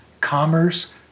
commerce